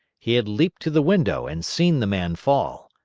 he had leaped to the window and seen the man fall.